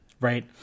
Right